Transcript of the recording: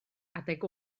adeg